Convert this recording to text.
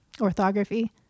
orthography